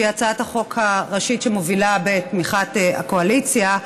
שהיא הצעת החוק הראשית שמובילה בתמיכת הקואליציה,